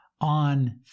on